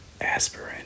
Aspirin